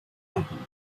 happened